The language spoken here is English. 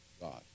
God